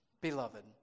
Beloved